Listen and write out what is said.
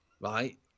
right